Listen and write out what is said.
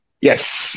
Yes